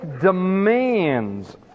demands